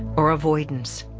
or avoidance.